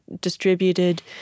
distributed